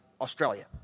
Australia